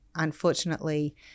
Unfortunately